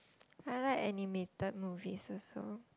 I like animated movie also